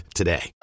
today